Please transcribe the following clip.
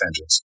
engines